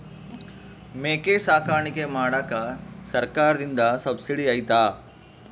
ಮೇಕೆ ಸಾಕಾಣಿಕೆ ಮಾಡಾಕ ಸರ್ಕಾರದಿಂದ ಸಬ್ಸಿಡಿ ಐತಾ?